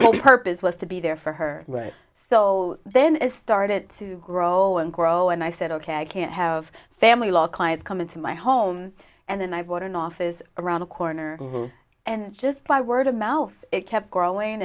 whole purpose was to be there for her right so then it started to grow and grow and i said ok i can't have family law clients come into my home and then i bought an office around the corner and just by word of mouth it kept growing